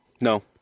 No